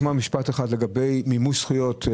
משפט אחד לגבי מימוש זכויות.